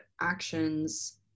actions